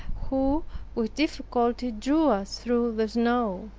who with difficulty drew us through the snow.